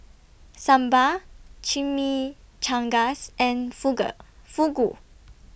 Sambar Chimichangas and Fugu